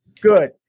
good